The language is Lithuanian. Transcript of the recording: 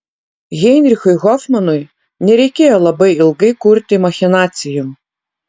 heinrichui hofmanui nereikėjo labai ilgai kurti machinacijų